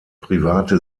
private